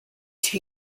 two